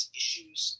issues